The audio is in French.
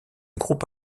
groupe